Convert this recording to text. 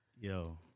Yo